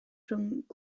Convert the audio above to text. rhwng